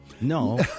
No